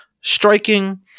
striking